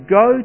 go